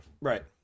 Right